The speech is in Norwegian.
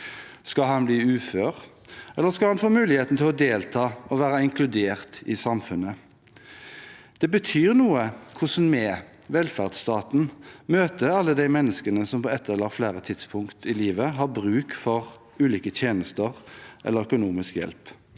Skal han bli ufør, eller skal han få muligheten til å delta og være inkludert i samfunnet? Det betyr noe hvordan vi – velferdsstaten – møter alle de menneskene som på ett eller flere tidspunkt i livet har bruk for ulike tjenester eller økonomisk hjelp.